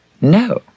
No